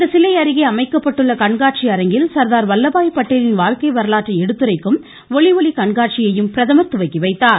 இந்த சிலை அருகே அமைக்கப்பட்டுள்ள கண்காட்சி அரங்கில் சர்தார் வல்லபாய் பட்டேலின் வாழ்க்கை வரலாற்றை எடுத்துரைக்கும் ஒலி ஒளி கண்காட்சியையும் பிரதமர் துவக்கி வைத்தார்